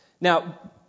Now